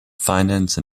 finance